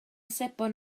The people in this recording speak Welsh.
sebon